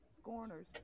Scorners